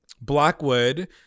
Blackwood